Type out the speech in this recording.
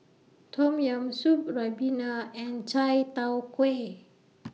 Tom Yam Soup Ribena and Chai Tow Kway